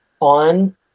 on